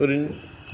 ओरैनो